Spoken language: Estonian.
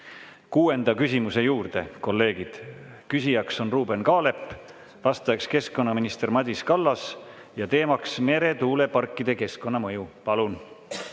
kuuenda küsimuse juurde, kolleegid. Küsija on Ruuben Kaalep, vastaja on keskkonnaminister Madis Kallas ja teema on meretuuleparkide keskkonnamõju. Palun!